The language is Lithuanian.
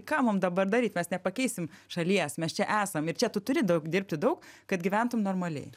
ką mum dabar daryt mes nepakeisim šalies mes čia esam ir čia tu turi daug dirbti daug kad gyventum normaliai